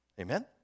Amen